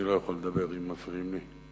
אני לא יכול לדבר אם מפריעים לי.